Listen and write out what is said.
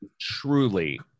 truly